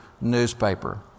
newspaper